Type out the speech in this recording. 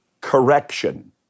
correction